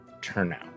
turnout